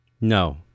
No